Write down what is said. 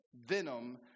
venom